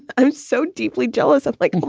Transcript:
i'm so deeply jealous of like him.